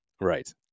Right